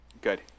Good